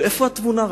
אבל איפה התבונה,